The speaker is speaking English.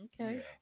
Okay